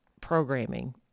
programming